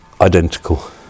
identical